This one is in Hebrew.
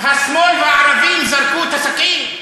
שהשמאל והערבים זרקו את הסכין?